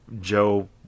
Joe